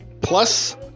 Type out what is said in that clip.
plus